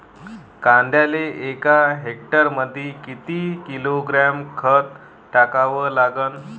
कांद्याले एका हेक्टरमंदी किती किलोग्रॅम खत टाकावं लागन?